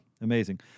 amazing